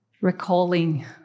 recalling